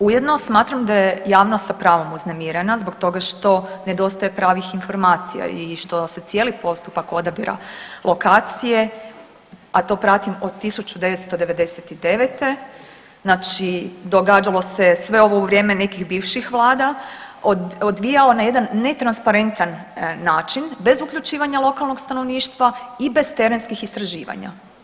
Ujedno smatram da je javnost sa pravom uznemirena zbog toga što nedostaje pravih informacija i što se cijeli postupak odabira lokacije a to pratim od 1999. znači događalo se sve ovo u vrijeme nekih bivših vlada odvijao na jedan netransparentan način bez uključivanja lokalnog stanovništva i bez terenskih istraživanja.